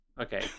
Okay